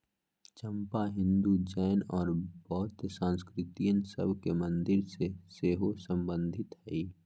चंपा हिंदू, जैन और बौद्ध संस्कृतिय सभ के मंदिर से सेहो सम्बन्धित हइ